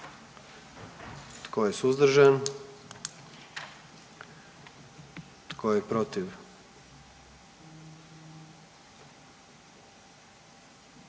Tko je suzdržan? I tko je protiv?